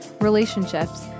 relationships